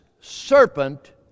serpent